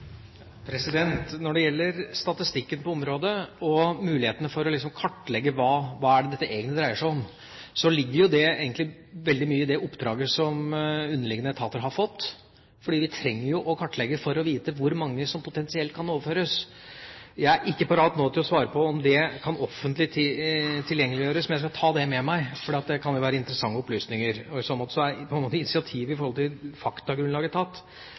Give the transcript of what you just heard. mulighetene for å kartlegge hva dette egentlig dreier seg om, ligger jo det veldig mye i det oppdraget som underliggende etater har fått, fordi vi trenger jo å kartlegge for å vite hvor mange som potensielt kan overføres. Jeg er ikke parat nå til å svare på om det kan gjøres offentlig tilgjengelig, men vil ta det med meg, for det kan jo være interessante opplysninger. I så måte er initiativet med tanke på faktagrunnlaget tatt, og offentliggjøring skal jeg komme tilbake til.